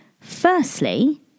Firstly